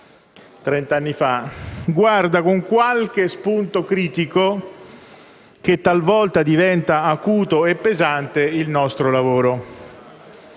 trent'anni fa «guarda con qualche spunto critico, che talvolta diventa acuto e pesante, il nostro lavoro...